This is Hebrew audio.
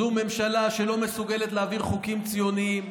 זו ממשלה שלא מסוגלת להעביר חוקים ציוניים.